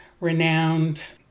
renowned